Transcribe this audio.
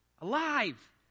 Alive